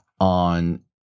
on